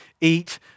eat